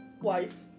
wife